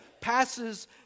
passes